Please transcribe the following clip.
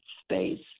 space